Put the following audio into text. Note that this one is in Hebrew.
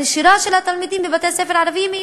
הנשירה של התלמידים בבתי-הספר הערביים היא